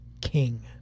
king